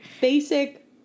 Basic